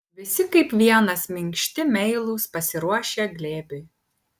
visi kaip vienas minkšti meilūs pasiruošę glėbiui